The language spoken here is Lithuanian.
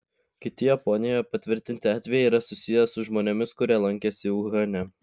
kiti japonijoje patvirtinti atvejai yra susiję su žmonėmis kurie lankėsi uhane